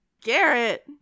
Garrett